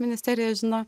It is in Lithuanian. ministerija žino